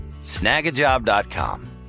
Snagajob.com